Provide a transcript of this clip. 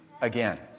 again